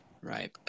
Right